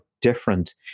different